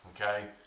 Okay